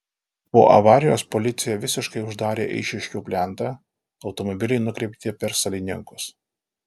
po avarijos policija visiškai uždarė eišiškių plentą automobiliai nukreipti per salininkus